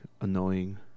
annoying